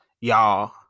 y'all